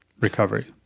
recovery